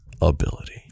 ability